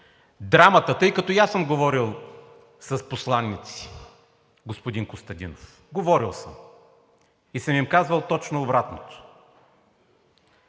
Драмата…, тъй като и аз съм говорил с посланици, господин Костадинов, говорил съм и съм им казвал точно обратното.